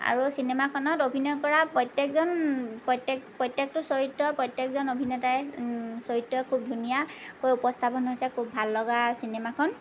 আৰু চিনেমাখনত অভিনয় কৰা প্ৰত্যেকজন প্ৰত্যেকটো চৰিত্ৰ প্ৰত্যেকজন অভিনেতায়ে চৰিত্ৰ খুব ধুনীয়াকৈ উপস্থাপন হৈছে খুব ভাল লগা চিনেমাখন